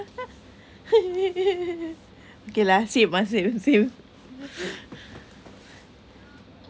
okay lah same must say same